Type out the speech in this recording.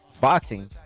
boxing